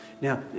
Now